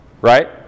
right